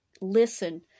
listen